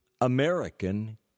American